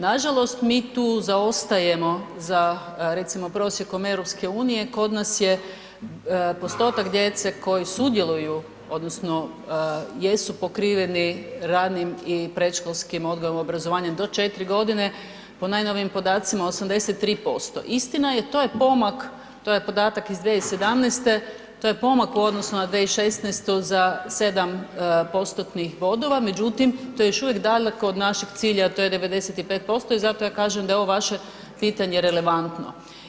Nažalost, mi tu zaostajemo za recimo prosjekom EU, kod nas je postotak djece koji sudjeluju odnosno jesu pokriveni ranim i predškolskim odgojem i obrazovanjem do 4.g., po najnovijim podacima 83%, istina je, to je pomak, to je podatak iz 2017., to je pomak u odnosu na 2016. za 7 postotnih bodova, međutim to je još uvijek daleko od našeg cilja, a to je 95% i zato ja kažem da je ovo vaše pitanje relevantno.